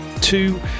Two